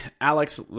Alex